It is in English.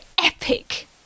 epic